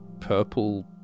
purple